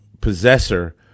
possessor